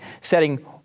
setting